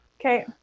Okay